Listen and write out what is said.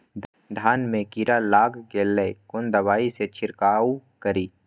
धान में कीरा लाग गेलेय कोन दवाई से छीरकाउ करी?